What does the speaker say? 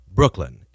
Brooklyn